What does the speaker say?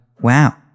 Wow